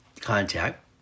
contact